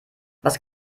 was